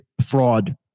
fraud